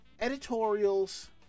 editorials